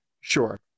Sure